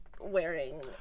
Wearing